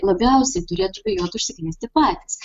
labiausiai turėtų bijot užsikrėsti patys